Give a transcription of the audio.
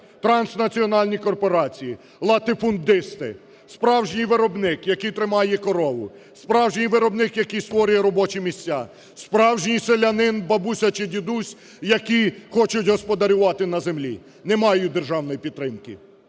транснаціональні корпорації, латифундисти. Справжній виробник, який тримає корову, справжній виробник, який створює робочі місця, справжній селянин, бабуся чи дідусь, які хочуть господарювати на землі, не мають державної підтримки.